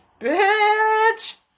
bitch